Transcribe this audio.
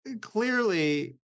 clearly